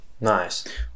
Nice